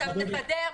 מסדר,